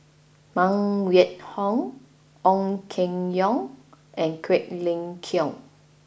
Phan Wait Hong Ong Keng Yong and Quek Ling Kiong